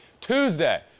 Tuesday